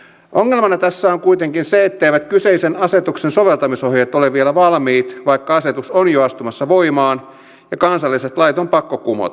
ongelmana tässä on kuitenkin se etteivät kyseisen asetuksen soveltamisohjeet ole vielä valmiit vaikka asetus on jo astumassa voimaan ja kansalliset lait on pakko kumota